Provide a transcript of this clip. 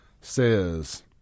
says